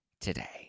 today